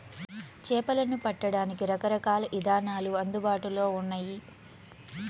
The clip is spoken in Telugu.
చేపలను పట్టడానికి రకరకాల ఇదానాలు అందుబాటులో ఉన్నయి